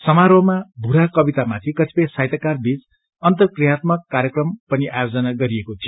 समारोहमा भूरा कविता माथि कतिपय साहित्यकार बीच अर्न्तकियात्मक कार्यक्रम पनि आयोजन गरिएको थियो